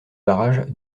barrage